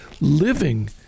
living